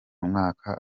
mwaka